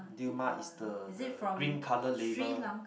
Dilmah is the the green colour label